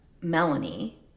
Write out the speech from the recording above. Melanie